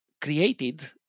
created